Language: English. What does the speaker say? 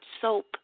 soap